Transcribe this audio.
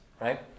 right